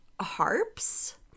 harps